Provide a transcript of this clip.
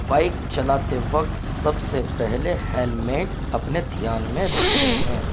bike چلاتے وقت سب سے پہلے ہیلمیٹ اپنے دھیان میں رکھتے ہیں